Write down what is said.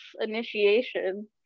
initiation